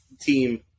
team